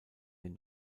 den